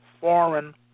foreign